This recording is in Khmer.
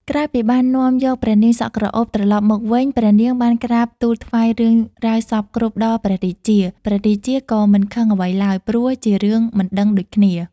ក្រោយពីបាននាំយកព្រះនាងសក់ក្រអូបត្រឡប់មកវិញព្រះនាងបានក្រាបទូលថ្វាយរឿងរ៉ាវសព្វគ្រប់ដល់ព្រះរាជា ព្រះរាជាក៏មិនខឹងអ្វីឡើយព្រោះជារឿងមិនដឹងដូចគ្នា។